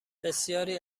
بسیاری